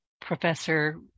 Professor